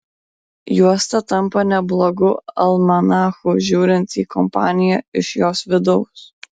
juosta tampa neblogu almanachu žiūrint į kompaniją iš jos vidaus